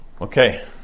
Okay